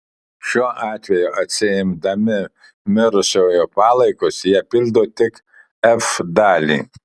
šiuo atveju atsiimdami mirusiojo palaikus jie pildo tik f dalį